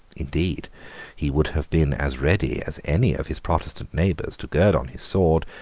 indeed he would have been as ready as any of his protestant neighbours to gird on his sword,